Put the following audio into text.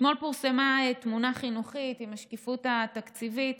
אתמול פורסמה תמונה חינוכית עם השקיפות התקציבית,